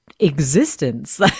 Existence